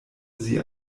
sie